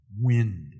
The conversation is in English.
wind